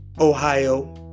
Ohio